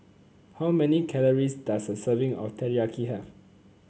how many calories does a serving of Teriyaki have